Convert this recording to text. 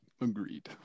agreed